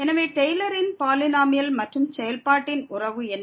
எனவே டெய்லரின் பாலினோமியல் மற்றும் செயல்பாட்டின் உறவு என்ன